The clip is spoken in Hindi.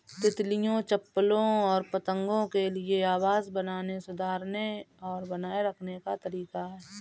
तितलियों, चप्पलों और पतंगों के लिए आवास बनाने, सुधारने और बनाए रखने का तरीका है